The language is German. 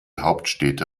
hauptstädte